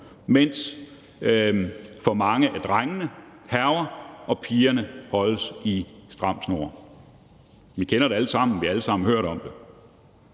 mens for mange af drengene hærger og pigerne holdes i stram snor. Vi kender det alle sammen; vi har alle sammen hørt om det.